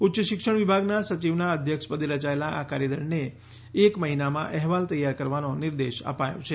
ઉચ્ચશિક્ષણ વિભાગના સચિવના અધ્યક્ષપદે રચાયેલા આ કાર્યદળને એક મહિનામાં અહેવાલ તૈયાર કરવાનો નિર્દેશ અપાયો છે